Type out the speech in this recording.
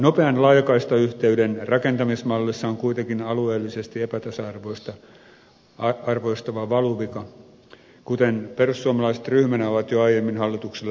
nopean laajakaistayhteyden rakentamismallissa on kuitenkin alueellisesti epätasa arvoistava valuvika kuten perussuomalaiset ryhmänä ovat jo aiemmin hallitukselle osoittaneet